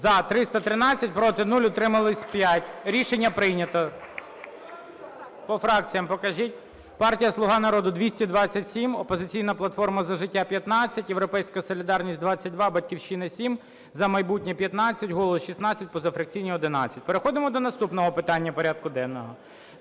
За-313 Проти – 0, утримались 5. Рішення прийнято. По фракціям покажіть. Партія "Слуга народу" - 227, "Опозиційна платформа – За життя" – 15, "Європейська солідарність" – 22, "Батьківщина" – 7, "За майбутнє" – 15, "Голос" – 16, позафракційні – 11. Переходимо до наступного питання порядку денного.